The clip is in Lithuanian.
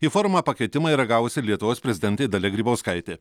į forumą pakvietimą yra gavusi ir lietuvos prezidentė dalia grybauskaitė